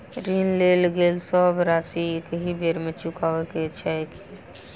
ऋण लेल गेल सब राशि एकहि बेर मे चुकाबऽ केँ छै की?